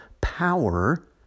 Power